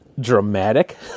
dramatic